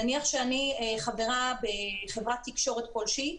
נניח שאני חברה בחברת תקשורת כלשהי,